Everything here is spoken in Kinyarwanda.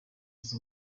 izi